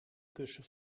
kussen